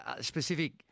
specific